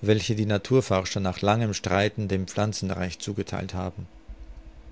welche die naturforscher nach langem streiten dem pflanzenreich zugetheilt haben